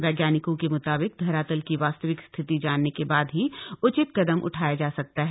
वैज्ञानिकों के मुताबिक धरातल की वास्तविक स्थिति जानने के बाद ही उचित कदम उठाया जा सकता है